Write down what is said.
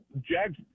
Jags